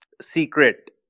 Secret